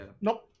Nope